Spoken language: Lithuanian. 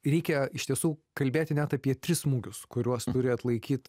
reikia iš tiesų kalbėti net apie tris smūgius kuriuos turi atlaikyt